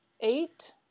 eight